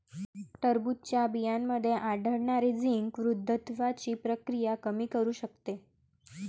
टरबूजच्या बियांमध्ये आढळणारे झिंक वृद्धत्वाची प्रक्रिया कमी करू शकते